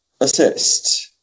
assist